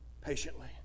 patiently